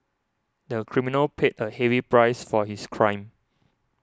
the criminal paid a heavy price for his crime